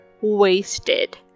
wasted